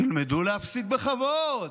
תלמדו להפסיד בכבוד,